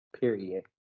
Period